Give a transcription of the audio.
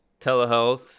Telehealth